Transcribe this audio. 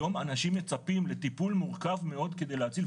היום אנשים מצפים לטיפול מורכב מאוד כדי להציל,